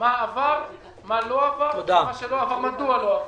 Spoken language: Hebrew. מה עבר ומה לא עבר, ומה שלא עבר מדוע לא עבר.